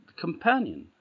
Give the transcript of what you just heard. companion